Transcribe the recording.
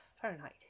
Fahrenheit